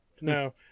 No